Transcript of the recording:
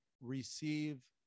receive